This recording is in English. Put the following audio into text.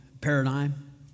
paradigm